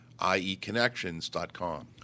ieconnections.com